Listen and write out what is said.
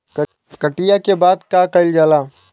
कटिया के बाद का कइल जाला?